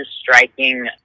striking